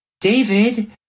David